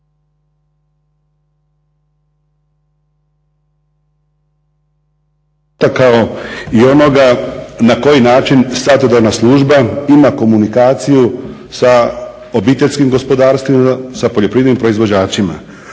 dotakao i onoga na koji način savjetodavna služba ima komunikaciju sa obiteljskim gospodarstvima, sa poljoprivrednim proizvođačima.